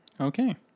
Okay